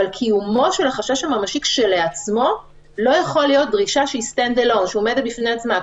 אבל קיומו של החשש הממשי כשלעצמו לא יכול להיות דרישה שעומדת בפני עצמה.